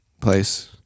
place